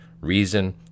reason